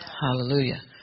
Hallelujah